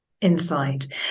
inside